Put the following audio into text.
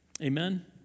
Amen